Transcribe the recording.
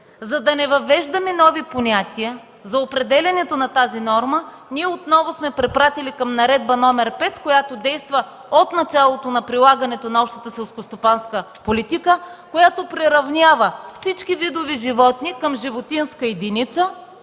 За да не въвеждаме нови понятия за определянето на тази норма, ние отново сме препратили към Наредба № 5, която действа от началото на прилагането на общата селскостопанска политика, която приравнява всички видове животни към животинска единица,